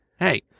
Hey